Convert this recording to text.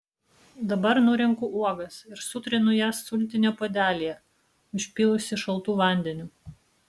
dabar nurenku uogas ir sutrinu jas sultinio puodelyje užpylusi šaltu vandeniu